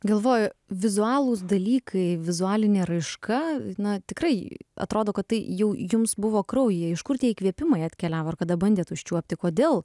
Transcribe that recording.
galvoju vizualūs dalykai vizualinė raiška na tikrai atrodo kad tai jau jums buvo kraujyje iš kur tie įkvėpimai atkeliavo ar kada bandėt užčiuopti kodėl